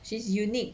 she's unique